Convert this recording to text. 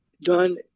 done